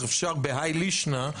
הלכתי